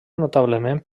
notablement